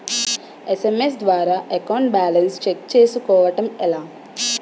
SMS ద్వారా account balance check చేసుకోవటం ఎలా?